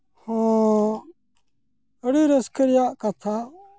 ᱦᱚᱸ ᱟᱹᱰᱤ ᱨᱟᱹᱥᱠᱟᱹ ᱨᱮᱭᱟᱜ ᱠᱟᱛᱷᱟ